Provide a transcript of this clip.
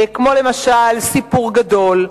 כמו "סיפור גדול".